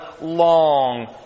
long